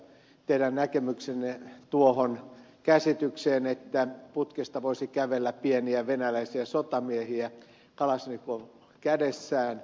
teidän näkemyksenne tuohon käsitykseen että putkesta voisi kävellä pieniä venäläisiä sotamiehiä kalasnikov kädessään